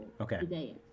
Okay